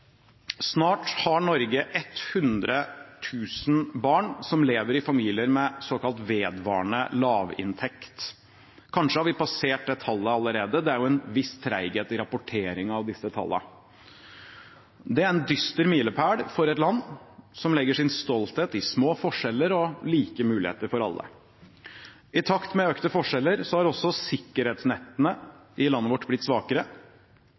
Snart har Norge 100 000 barn som lever i familier med såkalt vedvarende lavinntekt. Kanskje har vi passert det tallet allerede, det er en viss treghet i rapporteringen av disse tallene. Det er en dyster milepæl for et land som legger sin stolthet i små forskjeller og like muligheter for alle. I takt med økte forskjeller har også sikkerhetsnettene i landet vårt blitt svakere.